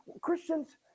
Christians